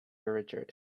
richard